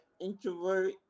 introvert